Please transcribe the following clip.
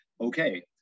okay